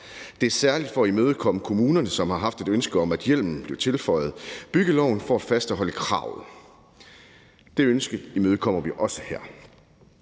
Det er særlig for at imødekomme kommunerne, som har haft et ønske om, at hjemmelen blev tilføjet byggeloven for at fastholde kravet. Det ønske imødekommer vi også her.